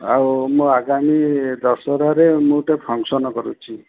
ଆଉ ମୁଁ ଆଗାମୀ ଦଶହରାରେ ମୁଁ ଗୋଟେ ଫଙ୍କସନ୍ କରୁଛି